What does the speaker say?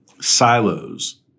silos